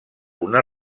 una